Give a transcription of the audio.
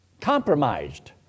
compromised